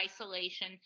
isolation